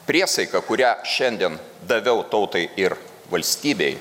priesaika kurią šiandien daviau tautai ir valstybei